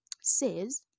says